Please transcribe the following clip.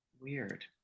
Weird